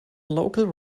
local